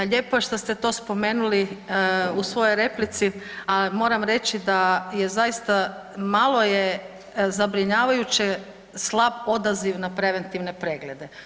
Lijepo je to što ste spomenuli u svojoj replici, ali moram reći da je zaista malo je zabrinjavajuće slab odaziv na preventivne preglede.